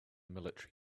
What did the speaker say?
military